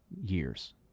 years